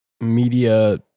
media